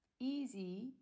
easy